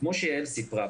כמו שיעל סיפרה,